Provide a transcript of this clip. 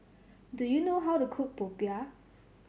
do you know how to cook popiah